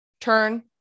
Turn